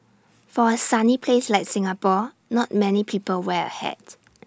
for A sunny place like Singapore not many people wear A hat